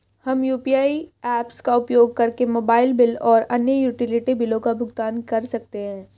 हम UPI apps का उपयोग करके मोबाइल बिल और अन्य यूटिलिटी बिलों का भुगतान कर सकते हैं